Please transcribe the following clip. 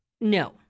No